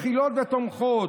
מכילות ותומכות.